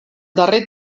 darrer